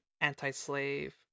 anti-slave